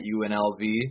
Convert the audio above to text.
UNLV